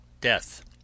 death